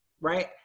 right